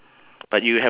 okay